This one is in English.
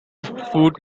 food